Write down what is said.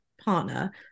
partner